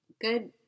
good